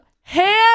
hands